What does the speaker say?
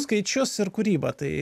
skaičius ir kūrybą tai